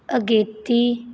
ਅਗੇਤੀ